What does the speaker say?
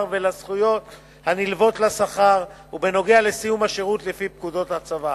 ולזכויות הנלוות לשכר ובנוגע לסיום השירות לפי פקודות הצבא,